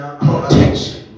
protection